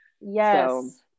Yes